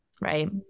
right